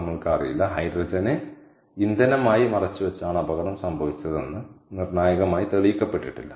നമ്മൾക്ക് അറിയില്ല ഹൈഡ്രജനെ ഇന്ധനമായി മറച്ചുവെച്ചാണ് അപകടം സംഭവിച്ചതെന്ന് നിർണ്ണായകമായി തെളിയിക്കപ്പെട്ടിട്ടില്ല